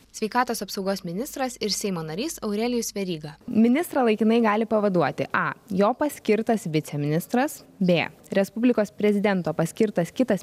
sveikatos apsaugos ministras ir seimo narys aurelijus veryga ministrą laikinai gali pavaduoti a jo paskirtas viceministras b respublikos prezidento paskirtas kitas